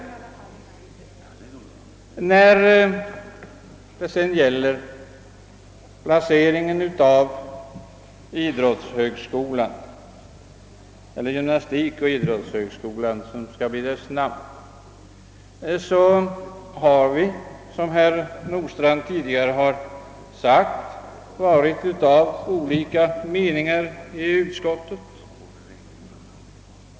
I fråga om placeringen av gymnastikoch idrottshögskolan har vi, som herr Nordstrandh tidigare nämnt, varit av olika meningar i utskottet.